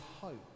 hope